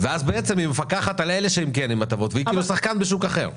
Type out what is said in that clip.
ואז בעצם היא מפקחת על אלה שהם כן עם הטבות והיא כאילו שחקן מסוג אחר.